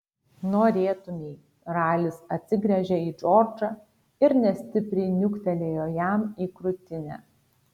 norėtumei ralis atsigręžė į džordžą ir nestipriai niuktelėjo jam į krūtinę